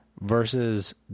versus